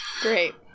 Great